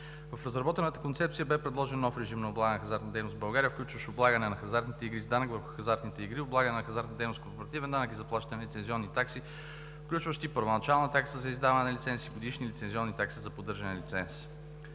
В разработената концепция бе предложен нов режим на облагане на хазартната дейност в България, включващ облагане на хазартните игри с данък върху хазартните игри, облагане на хазартната дейност с корпоративен данък и заплащане на лицензионни такси, включващи първоначална такса за издаване на лиценз и годишни лицензионни такси за поддържане на лиценз.